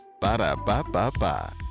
Ba-da-ba-ba-ba